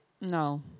No